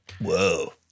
Whoa